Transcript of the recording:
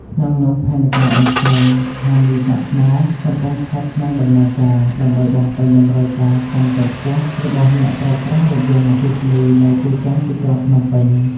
ក្នុងនោះ ផែនការបន្ថែមស្ថានីយ៍សាកថ្មកំពុងស្ថិតក្នុងដំណើរការ ដើម្បីបំពេញតម្រូវការកាន់តែខ្ពស់របស់អ្នកប្រើប្រាស់រថយន្តអគ្គីសនីនៅទូទាំងទីក្រុងភ្នំពេញ។